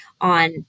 on